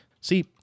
See